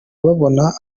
babona